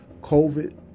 COVID